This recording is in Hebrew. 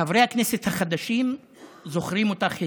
חברי הכנסת החדשים זוכרים אותך היטב,